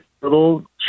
little